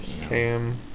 Cam